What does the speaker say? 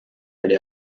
oli